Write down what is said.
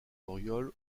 auriol